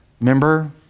remember